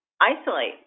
isolate